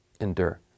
endure